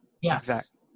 yes